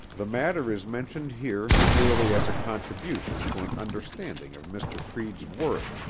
the matter is mentioned here merely as a contribution to an understanding of mr. creede's worth,